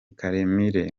karemire